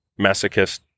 masochist